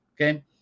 okay